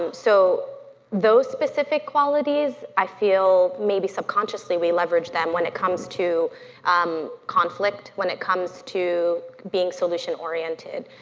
so those specific qualities, i feel, maybe subconsciously we leverage them when it comes to um conflict, when it comes to being solution oriented